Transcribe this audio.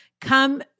come